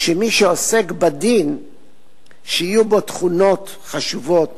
שמי שעוסק בדין יהיו בו תכונות חשובות